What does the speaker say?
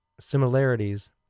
similarities